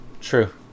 True